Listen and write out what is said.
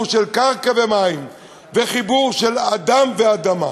של קרקע ומים וחיבור של אדם ואדמה.